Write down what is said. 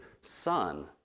son